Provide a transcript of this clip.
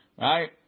Right